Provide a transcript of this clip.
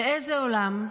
באיזה עולם,